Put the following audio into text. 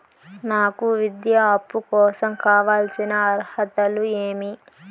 నాకు విద్యా అప్పు కోసం కావాల్సిన అర్హతలు ఏమి?